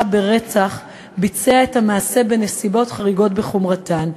ברצח ביצע את המעשה בנסיבות חריגות בחומרתן,